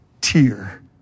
tear